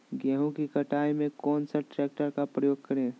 गेंहू की कटाई में कौन सा ट्रैक्टर का प्रयोग करें?